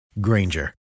Granger